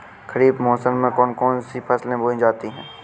खरीफ मौसम में कौन कौन सी फसलें बोई जाती हैं?